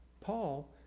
Paul